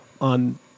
on